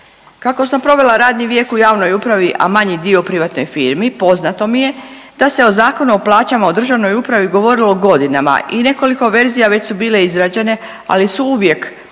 Kako sam provela radni vijek u javnoj upravi, a manji dio u privatnoj firmi poznato mi je da se o Zakonu o plaćama u državnoj upravi govorilo godinama i nekoliko verzija već su bile izrađene, ali su uvijek ostale